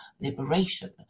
liberation